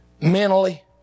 mentally